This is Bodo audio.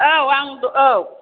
औ आं औ